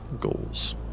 goals